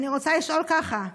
אני רוצה לשאול ככה: